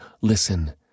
Listen